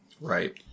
Right